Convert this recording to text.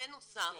בנוסף,